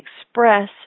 express